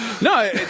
No